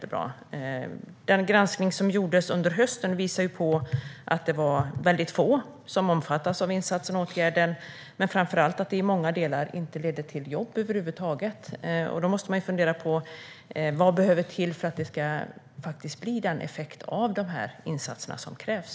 Den granskning som gjordes under hösten visar på att det var väldigt få som omfattades av insatsen och åtgärden, men framför allt att det i många delar inte ledde till jobb över huvud taget. Då måste man fundera på: Vad behövs för att det ska bli den effekt av insatserna som krävs?